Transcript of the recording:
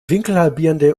winkelhalbierende